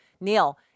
Neil